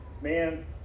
Man